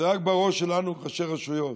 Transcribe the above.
זה רק בראש שלנו, ראשי רשויות.